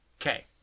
Okay